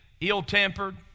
ill-tempered